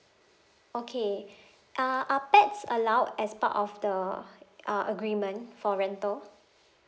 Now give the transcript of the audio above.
okay uh are pets allowed as part of the uh agreement for rental